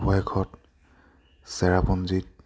অৱশেষত চেৰাপুঞ্জীত